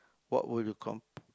what would you